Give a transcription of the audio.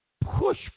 push